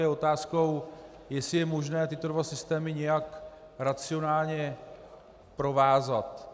Je otázkou, jestli je možné tyto dva systémy nějak racionálně provázat.